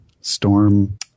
Storm